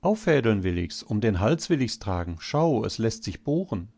damit auffädeln will ich's um den hals will ich's tragen schau es läßt sich bohren